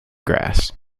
grass